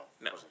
no